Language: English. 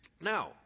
Now